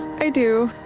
i do,